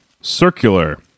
circular